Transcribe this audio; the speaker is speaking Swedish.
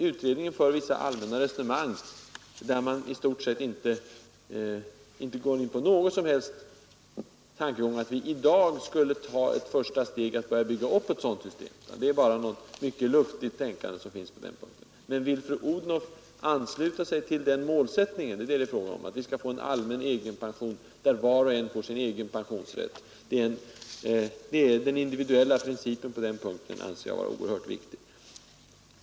Utredningen för vissa allmänna resonemang men föreslår inte att vi i dag skulle ta ett första steg för att börja bygga upp ett sådant system. Det är bara ett mycket luftigt tänkande som finns på den punkten. Men vill fru Odhnoff ansluta sig till målsättningen att vi skall ha en allmän egenpension, där var och en får sin egen pensionsrätt? Det är den individuella principen på den punkten, och den anser jag vara oerhört viktig.